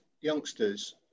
youngsters